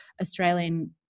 Australian